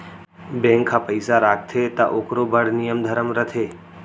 bank ह पइसा राखथे त ओकरो बड़ नियम धरम रथे